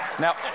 Now